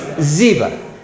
Ziba